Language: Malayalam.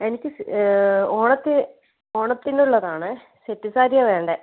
എനിക്ക് ഓണത്തി ഓണത്തിനുള്ളതാണേ സെറ്റ് സാരിയാണ് വേണ്ടത്